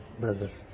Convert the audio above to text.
brothers